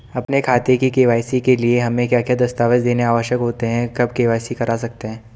अपने खाते की के.वाई.सी के लिए हमें क्या क्या दस्तावेज़ देने आवश्यक होते हैं कब के.वाई.सी करा सकते हैं?